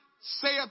saith